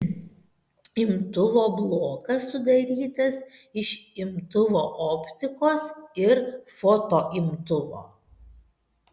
imtuvo blokas sudarytas iš imtuvo optikos ir fotoimtuvo